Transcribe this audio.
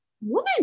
woman